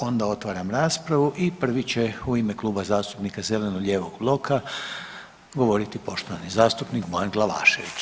Onda otvaram raspravu i pri će u ime Kluba zastupnika zeleno-lijevog bloka govoriti poštovani zastupnik Bojan Glavašević.